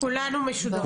כולם במשותף.